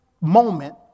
moment